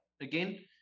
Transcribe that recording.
again